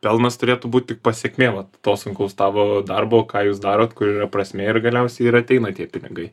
pelnas turėtų būt tik pasekmė vat to sunkaus tavo darbo ką jūs darot kur yra prasmė ir galiausiai ir ateina tie pinigai